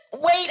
Wait